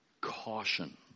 caution